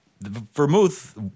vermouth –